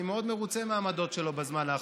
מאוד מרוצה מהעמדות שלו בזמן האחרון.